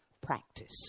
practice